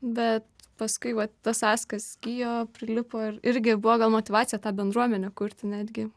bet paskui vat tas askas gijo prilipo ir irgi buvo gal motyvacija tą bendruomenę kurti netgi